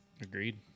Agreed